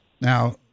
Now